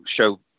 show